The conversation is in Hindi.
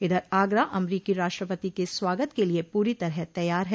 इधर आगरा अमरीकी राष्ट्रपति के स्वागत के लिए पूरी तरह तैयार है